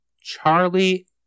Charlie